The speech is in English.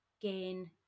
gain